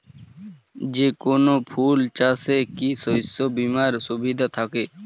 যেকোন ফুল চাষে কি শস্য বিমার সুবিধা থাকে?